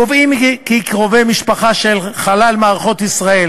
קובעים כי קרובי משפחה של חלל מערכות ישראל